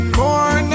more